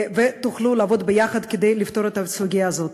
ותוכלו לעבוד ביחד כדי לפתור את הסוגיה הזאת.